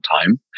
time